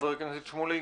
חבר הכנסת שמולי,